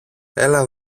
έλα